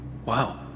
Wow